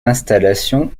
installations